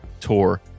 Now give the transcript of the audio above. Tour